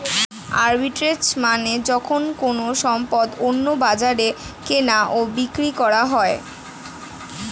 arbitrage মানে যখন কোনো সম্পদ অন্য বাজারে কেনা ও বিক্রি করা হয়